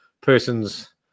person's